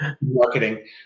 marketing